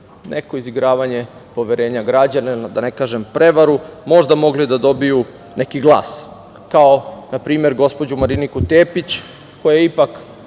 neko izigravanje poverenja građana, da ne kažem prevaru, možda mogli da dobiju neki glas kao na primer gospođu Mariniku Tepić, koja je ipak